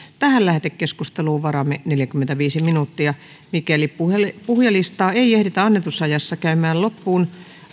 tähän lähetekeskusteluun varaamme neljäkymmentäviisi minuuttia mikäli puhujalistaa puhujalistaa ei ehditä annetussa ajassa käymään loppuun